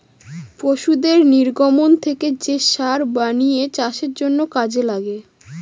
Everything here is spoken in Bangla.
পশুদের নির্গমন থেকে যে সার বানিয়ে চাষের জন্য কাজে লাগে